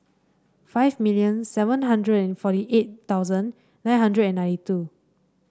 five million seven hundred and forty eight thousand nine hundred and ninety two